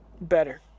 better